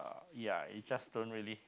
ya you just don't really